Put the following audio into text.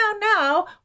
now